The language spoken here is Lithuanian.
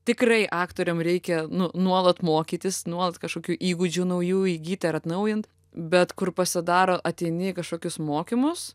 tikrai aktoriam reikia nu nuolat mokytis nuolat kažkokių įgūdžių naujų įgyti ar atnaujint bet kur pasidaro ateini į kažkokius mokymus